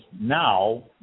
now